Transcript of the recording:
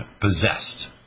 possessed